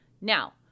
Now